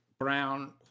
brown